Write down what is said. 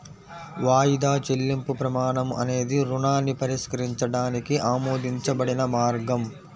వాయిదా చెల్లింపు ప్రమాణం అనేది రుణాన్ని పరిష్కరించడానికి ఆమోదించబడిన మార్గం